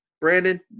Brandon